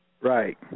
Right